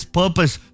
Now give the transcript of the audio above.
purpose